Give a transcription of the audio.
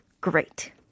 great